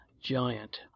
giant